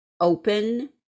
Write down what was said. open